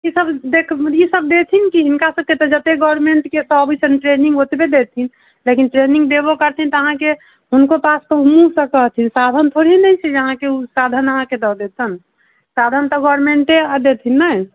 ई सभ देख ई सभ देथिन कि हिनका सभके तऽ जते गोरमेन्ट के आबै छनि ट्रेनिंग ओतबे देथिन लेकिन ट्रेनिङ्ग देबौ करथिन तऽ अहाँके हुनको पास मुँहसँ कहथिन साधन थोरे ही हि छै साधन अहाँके दऽ देता साधन तऽ गोरमेन्टे दथिन ने